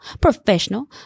professional